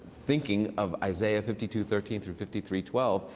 thinking of isaiah fifty two thirteen through fifty three twelve.